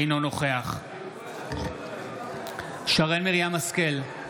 אינו נוכח שרן מרים השכל,